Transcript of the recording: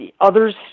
others